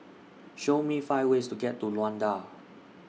Show Me five ways to get to Luanda